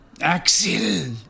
Axel